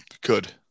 good